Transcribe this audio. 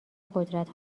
قدرت